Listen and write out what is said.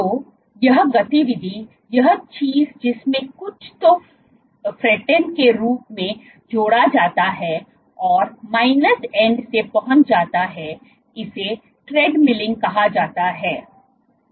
तो यह गतिविधि यह चीज जिसमें कुछ को फ्रंटेंड के रूप में जोड़ा जाता है और माइनस एंड से पहुंच जाता है इसे ट्रेडमिलिंग कहा जाता है